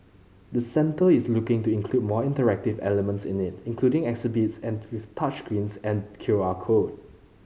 the centre is looking to include more interactive elements in it including exhibits and with touch screens and Q R code